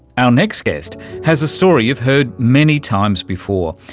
our next guest has a story you've heard many times before.